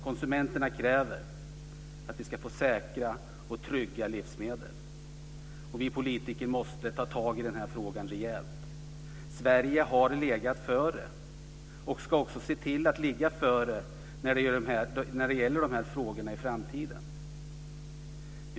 Konsumenterna kräver att vi ska få säkra och trygga livsmedel. Vi politiker måste ta tag i den här frågan rejält. Sverige har legat före och ska också se till att ligga före när det gäller de här frågorna i framtiden.